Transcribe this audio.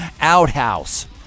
outhouse